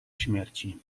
śmierci